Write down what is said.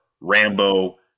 Rambo